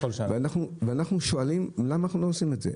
אנחנו שואלים למה אנחנו לא עושים את זה?